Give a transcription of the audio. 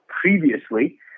previously